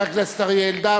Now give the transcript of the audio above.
תודה לחבר הכנסת אריה אלדד.